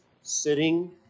sitting